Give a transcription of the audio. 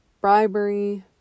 bribery